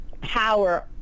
power